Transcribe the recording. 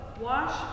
wash